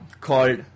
called